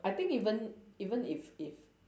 I think even even if if